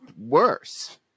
worse